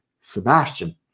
Sebastian